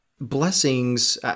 blessings